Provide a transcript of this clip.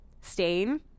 stain